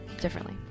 differently